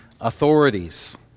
authorities